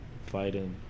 fighting